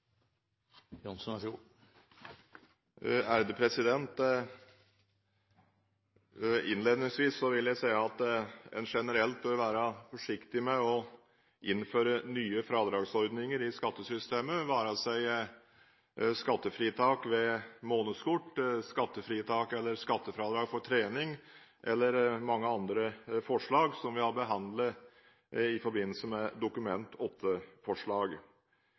og som så kontant avviser dette forslaget. Innledningsvis vil jeg si at en generelt bør være forsiktig med å innføre nye fradragsordninger i skattesystemet, enten det er skattefritak på månedskort, skattefritak eller skattefradrag for trening eller mye annet som vi har behandlet i forbindelse med Dokument